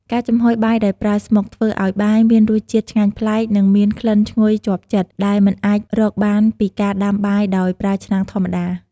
ការចំហុយបាយដោយប្រើស្មុក ធ្វើឲ្យបាយមានរសជាតិឆ្ងាញ់ប្លែក និងមានក្លិនឈ្ងុយជាប់ចិត្ត ដែលមិនអាចរកបានពីការដាំបាយដោយប្រើឆ្នាំងធម្មតា។